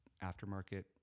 aftermarket